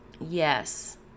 Yes